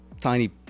tiny